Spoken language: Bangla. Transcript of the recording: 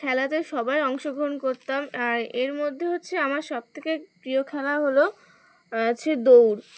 খেলাতে সবাই অংশগ্রহণ করতাম আর এর মধ্যে হচ্ছে আমার সবথেকে প্রিয় খেলা হলো আছে দৌড়